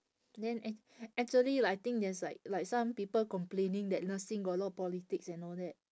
then ac~ actually like I think there's like like some people complaining that nursing got a lot of politics and all that